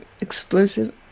explosive